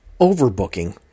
overbooking